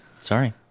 Sorry